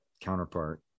counterpart